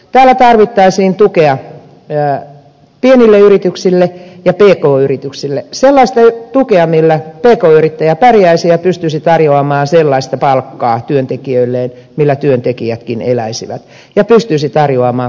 täällä tarvittaisiin tukea pienille yrityksille ja pk yrityksille sellaista tukea millä pk yrittäjä pärjäisi ja pystyisi tarjoamaan työntekijöilleen sellaista palkkaa jolla työntekijätkin eläisivät ja pystyisi tarjoamaan kokoaikaista työtä